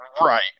Right